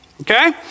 okay